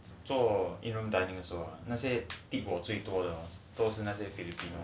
做 in group dining 的那些那些 tip 我最多的都是那些 filipino